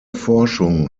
forschung